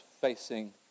facing